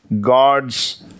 God's